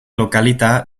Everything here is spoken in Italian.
località